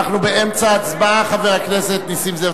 אנחנו באמצע הצבעה, חבר הכנסת נסים זאב.